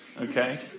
Okay